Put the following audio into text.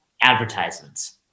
advertisements